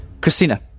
Christina